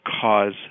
cause